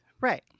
Right